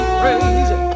crazy